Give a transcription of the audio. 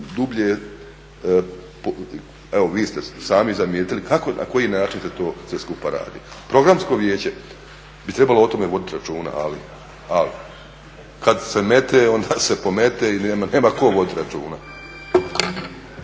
dublje, evo vi ste sami zamijetili kako, na koji način se to sve skupa radi. Programsko vijeće bi trebalo o tome voditi računa, ali kada se mete onda se pomete i nema ko voditi računa.